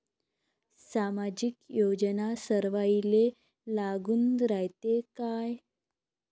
सामाजिक योजना सर्वाईले लागू रायते काय?